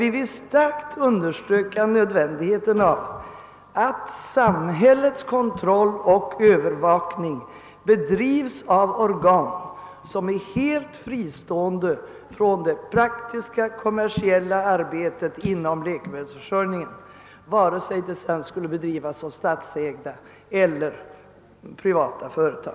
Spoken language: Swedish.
Vi vill i stället kraftigt understryka nödvändigheten av att samhällets kontroll och övervakning bedrivs av organ som är helt fristående från det praktiska kommersiella arbetet inom läkemedelsförsörjningen, antingen detsamma skall handhas av statsägda eller av privata företag.